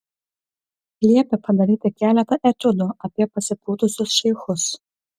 liepė padaryti keletą etiudų apie pasipūtusius šeichus